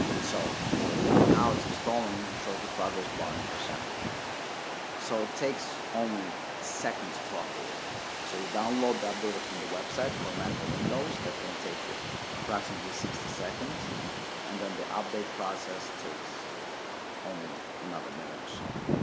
so now, it's installing and shows your progress bar in a percentage so it takes seconds to update it so you download the app data from the website for mac on windows that's gonna take you approximately sixty seconds and then the update process takes only another minute or so.